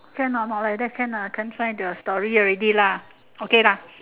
can or not like that can ah can try the story already lah okay lah